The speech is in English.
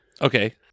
Okay